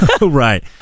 Right